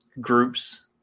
groups